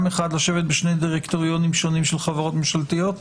אחד לשבת בשני דירקטוריונים שונים של חברות ממשלתיות?